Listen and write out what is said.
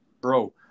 bro